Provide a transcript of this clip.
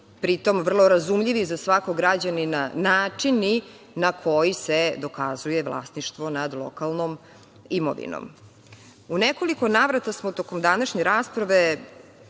i vrlo razumljivi za svakog građanina načini na koji se dokazuje vlasništvo nad lokalnom imovinom.U nekoliko navrata smo tokom današnje rasprave